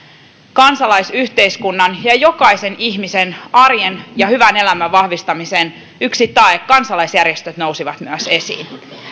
kansalaisyhteiskunnan ja ja jokaisen ihmisen arjen ja hyvän elämän vahvistamisen takeista kansalaisjärjestöt nousi myös esiin